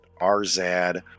Arzad